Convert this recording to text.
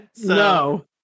No